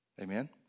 Amen